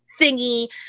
thingy